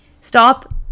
stop